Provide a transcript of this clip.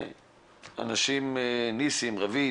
ניסים, רביד,